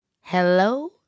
Hello